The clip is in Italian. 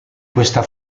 questa